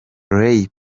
ray